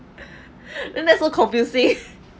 that's so confusing